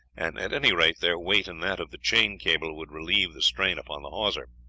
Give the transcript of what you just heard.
and at any rate their weight and that of the chain cable would relieve the strain upon the hawser.